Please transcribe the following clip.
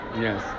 Yes